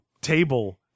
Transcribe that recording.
table